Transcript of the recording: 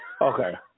Okay